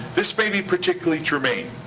this may be particularly germane.